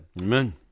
Amen